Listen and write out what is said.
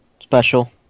special